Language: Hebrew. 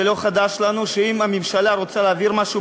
זה לא חדש לנו שאם הממשלה רוצה להעביר משהו,